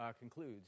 concludes